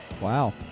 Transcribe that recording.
Wow